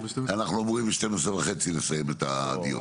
אנחנו אמורים מב-12:30 לסיים את הדיון,